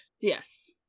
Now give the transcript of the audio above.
yes